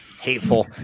Hateful